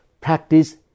practice